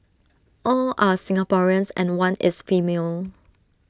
all are Singaporeans and one is female